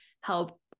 help